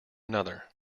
another